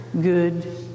good